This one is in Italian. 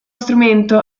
strumento